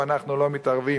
ואנחנו לא מתערבים.